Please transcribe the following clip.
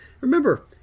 Remember